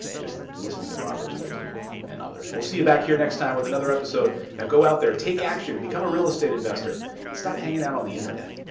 just listening to robert's wisdom and others. we'll see you back here next time with another episode. now go out there, take action, become a real estate investor, and stop hanging out on the internet.